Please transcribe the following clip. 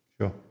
Sure